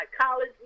college